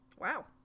Wow